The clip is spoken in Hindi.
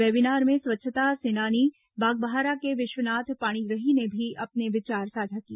वेबिनार में स्वच्छता सेनानी बागबाहरा के विश्वनाथ प्राणीग्रही ने भी अपने विचार साझा किए